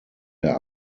der